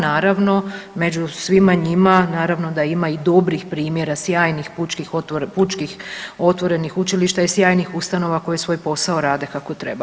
Naravno među svima njima naravno da ima i dobrih primjera sjajnih pučkih otvorenih učilišta i sjajnih ustanova koje svoj posao rade kako treba.